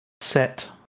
set